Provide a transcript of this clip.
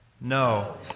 No